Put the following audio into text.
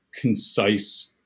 concise